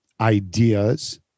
ideas